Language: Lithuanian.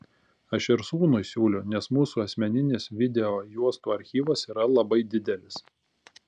aš ir sūnui siūliau nes mūsų asmeninis video juostų archyvas yra labai didelis